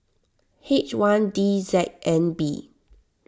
H one D Z N B